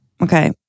Okay